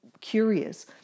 curious